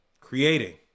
Creating